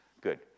Good